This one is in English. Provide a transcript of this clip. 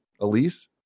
elise